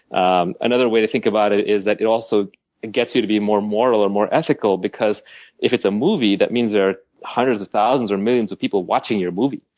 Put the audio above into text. and another way to think about it is that it also and gets you to be more moral or more ethical because if it's a movie, that means there are hundreds of thousands or millions of people watching your movie.